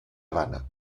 habana